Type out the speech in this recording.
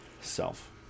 self